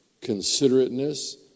considerateness